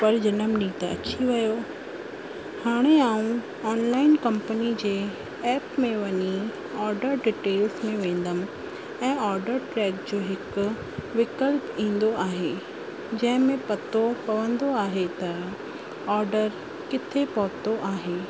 पर जनमु ॾींहं त अची वियो हाणे आउं ऑनलाइन कंपनी जे ऐप में वञी ऑडर डिटेल्स में वेंदमि ऐं ऑडर ट्रेक जो हिक विकल्प ईंदो आहे जंहिं में पतो पवंदो आहे त ऑडर किथे पहुतो आहे